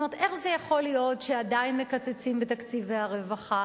איך זה יכול להיות שעדיין מקצצים בתקציבי הרווחה?